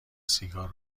سیگار